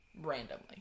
randomly